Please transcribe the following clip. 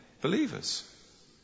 believers